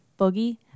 boogie